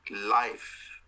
life